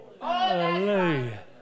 Hallelujah